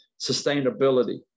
sustainability